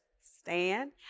stand